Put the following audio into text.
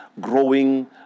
growing